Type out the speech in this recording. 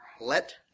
let